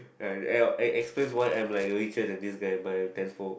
uh explains why I am like richer than this guy by a ten fold